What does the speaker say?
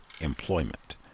employment